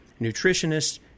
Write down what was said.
nutritionists